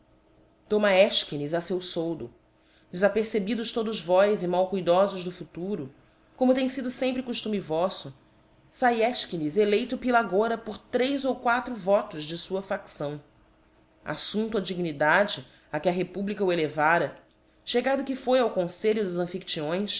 toma efchines a feu foldo defapercebidos todos vós e mal cuidofosdo futuro como tem fido fcmpre coftume voíto fac efchines eleito pylagora por três ou quatro votos de fua facção affumpto á dignidade a que a republica o elevara chegado que foi ao confelho dos